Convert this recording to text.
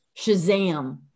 shazam